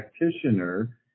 practitioner